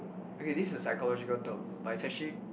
okay this is a psychological term but is actually